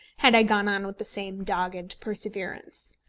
had i gone on with the same dogged perseverance.